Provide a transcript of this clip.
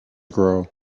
grow